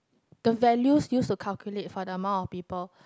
the values use to calculate for the amount of people